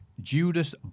Judas